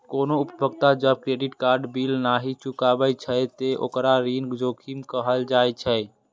कोनो उपभोक्ता जब क्रेडिट कार्ड बिल नहि चुकाबै छै, ते ओकरा ऋण जोखिम कहल जाइ छै